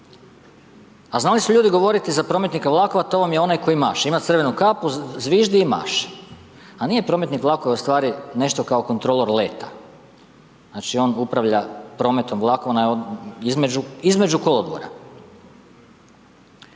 A znali su ljudi govoriti za prometnika vlakova to vam je onaj koji maše, ima crvenu kapu, zviždi i maše. A nije prometnik vlakova ustvari nešto kao kontrolor leta. Znači on upravlja prometom vlakova između kolodvora.